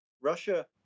Russia